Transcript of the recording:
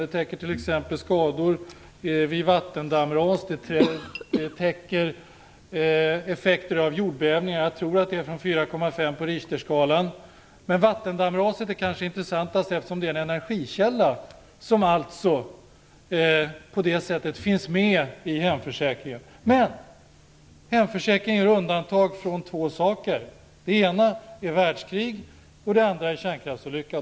De täcker t.ex. skador vid vattendammras. De täcker effekter av jordbävningar från, tror jag, 4,5 på Richterskalan. Men vattendammraset är kanske det intressantaste, eftersom en energikälla alltså på det sättet finns med i hemförsäkringen. Men hemförsäkringen gör undantag för två saker. Det ena är världskrig, och det andra är kärnkraftsolycka.